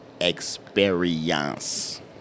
Experience